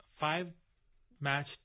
five-match